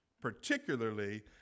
particularly